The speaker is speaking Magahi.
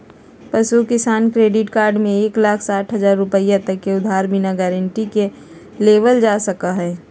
पशु किसान क्रेडिट कार्ड में एक लाख साठ हजार रुपए तक के उधार बिना गारंटी के लेबल जा सका हई